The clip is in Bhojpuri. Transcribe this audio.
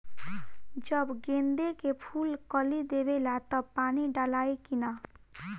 जब गेंदे के फुल कली देवेला तब पानी डालाई कि न?